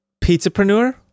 pizzapreneur